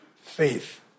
faith